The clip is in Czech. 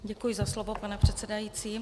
Děkuji za slovo, pane předsedající.